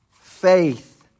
faith